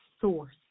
source